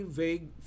vague